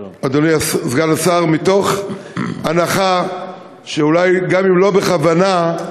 מתוך הנחה שאולי, גם אם לא בכוונה,